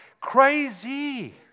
crazy